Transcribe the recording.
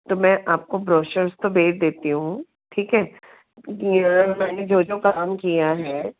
तो मैं आपको ब्रोशर्स तो भेज देती हूँ ठीक है यह जो मैंने जो जो काम किया है